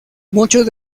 muchos